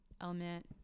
element